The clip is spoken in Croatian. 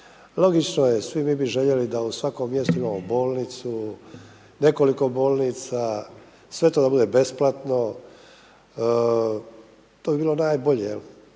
Logično je svi bi mi željeli da u svakom mjestu imamo bolnicu, nekoliko bolnica, sve to bude besplatno, to bi bilo najbolje. Ali